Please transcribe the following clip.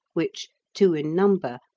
which, two in number,